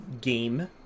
game